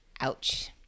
Ouch